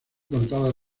contada